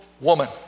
woman